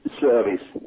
service